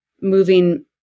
moving